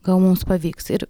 gal mums pavyks ir